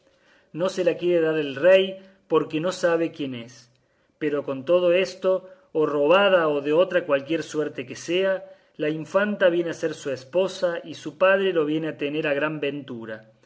no se la quiere dar el rey porque no sabe quién es pero con todo esto o robada o de otra cualquier suerte que sea la infanta viene a ser su esposa y su padre lo viene a tener a gran ventura